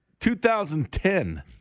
2010